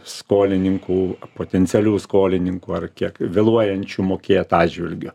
skolininkų potencialių skolininkų ar kiek vėluojančių mokėt atžvilgiu